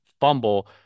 fumble